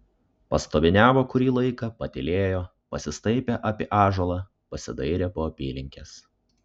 pastoviniavo kurį laiką patylėjo pasistaipė apie ąžuolą pasidairė po apylinkes